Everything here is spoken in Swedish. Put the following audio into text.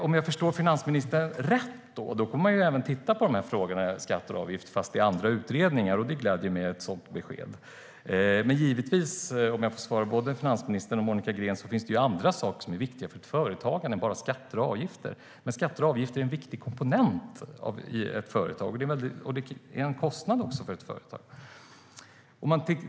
Om jag förstår finansministern rätt kommer man att även titta på frågorna om skatter och avgifter - fast i andra utredningar. Det är glädjande med ett sådant besked. Låt mig ge ett svar till både finansministern och Monica Green. Det finns givetvis andra saker som är viktiga för företag än skatter och avgifter, men skatter och avgifter är en viktig komponent i ett företag och en kostnad för ett företag.